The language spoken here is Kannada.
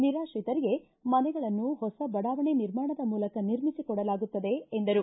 ನಿರಾತ್ರಿತರಿಗೆ ಮನೆಗಳನ್ನು ಹೊಸ ಬಡಾವಣೆ ನಿರ್ಮಾಣದ ಮೂಲಕ ನಿರ್ಮಿಸಿ ಕೊಡಲಾಗುತ್ತದೆ ಎಂದರು